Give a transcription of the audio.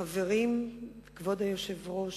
חברים, כבוד היושב-ראש,